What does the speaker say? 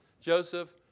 Joseph